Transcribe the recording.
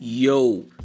Yo